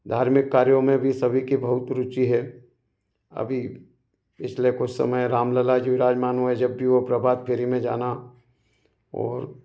धार्मिक कार्यों में भी सभी की बहुत रुचि है अभी पिछले कुछ समय रामलला जी विराजमान हुए जब भी हो प्रभात फेरी में जाना और